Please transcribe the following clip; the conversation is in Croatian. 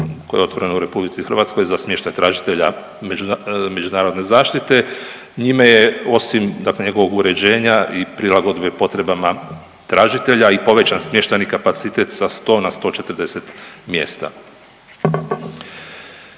koje je otvoreno u Republici Hrvatskoj za smještaj tražitelja međunarodne zaštite. Njime je osim, dakle njegovog uređenja i prilagodbe potrebama tražitelja i povećan smještajni kapacitet sa sto na 140 mjesta.